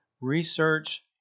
research